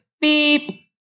Beep